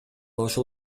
ошол